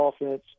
offense